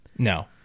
No